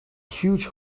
huge